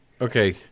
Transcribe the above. Okay